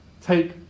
take